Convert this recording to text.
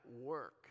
work